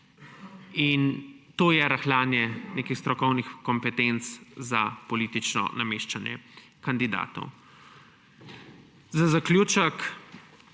To je rahljanje nekih strokovnih kompetenc za politično nameščanje kandidatov. Za zaključek.